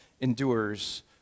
endures